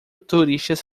turistas